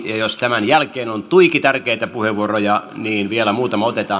ja jos tämän jälkeen on tuiki tärkeitä puheenvuoroja niin vielä muutama otetaan